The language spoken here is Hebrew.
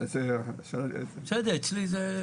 אז השאלה, יכולים לעשות את השנה עוד מעט נגמרת?